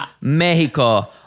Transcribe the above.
Mexico